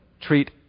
treat